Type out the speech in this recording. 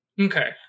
Okay